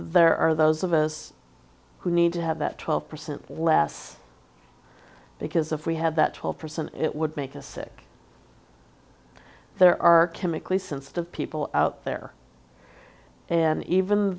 there are those of us who need to have that twelve percent less because if we had that twelve percent it would make us sick there are chemically sensitive people out there and even